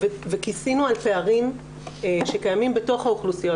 כיסינו על פערים שקיימים בתוך האוכלוסיות,